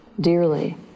dearly